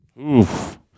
oof